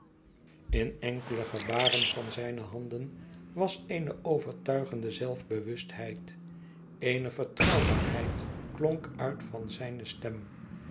in de enkele gebaren van zijne handen was eene overtuigende zelfbewustheid eene vertrouwbaarheid klonk uit van zijne stem